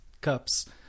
cups